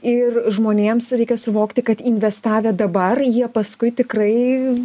ir žmonėms reikia suvokti kad investavę dabar jie paskui tikrai